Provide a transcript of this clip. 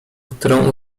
którą